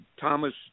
Thomas